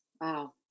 wow